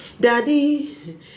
Daddy